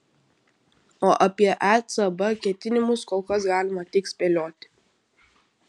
o apie ecb ketinimus kol kas galima tik spėlioti